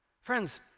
Friends